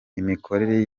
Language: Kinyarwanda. imikorere